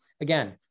again